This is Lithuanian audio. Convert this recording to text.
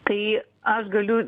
tai aš galiu